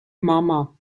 mama